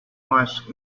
ask